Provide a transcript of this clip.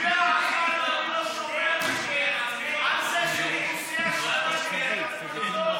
מילה אחת אני לא שומע מכם על זה שאוכלוסייה שלמה נמצאת במצור.